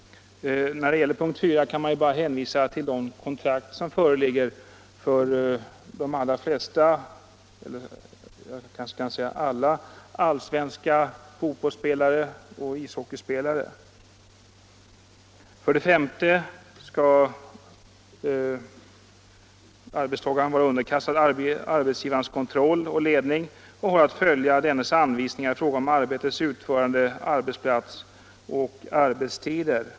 När det gäller punkten 4 kan man bara hänvisa till de kontrakt som föreligger för alla allsvenska fotbollsspelare och ishockeyspelare. För det femte skall arbetstagaren vara underkastad arbetsgivarens kontroll och ledning och ha att följa dennes anvisningar i fråga om arbetets utförande, arbetsplats och arbetstider.